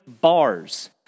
bars